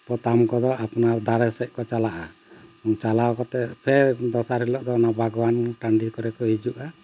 ᱯᱚᱛᱟᱢ ᱠᱚᱫᱚ ᱟᱯᱱᱟᱨ ᱫᱟᱨᱮ ᱥᱮᱫ ᱠᱚ ᱪᱟᱞᱟᱜᱼᱟ ᱪᱟᱞᱟᱣ ᱠᱟᱛᱮᱫ ᱯᱷᱮᱨ ᱫᱚᱥᱟᱨ ᱦᱤᱞᱳᱜ ᱫᱚ ᱚᱱᱟ ᱵᱟᱜᱽᱣᱟᱱ ᱴᱟᱺᱰᱤ ᱠᱚᱨᱮ ᱠᱚ ᱦᱤᱡᱩᱜᱼᱟ